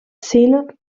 szene